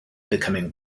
becoming